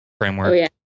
framework